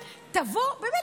באמת,